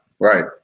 right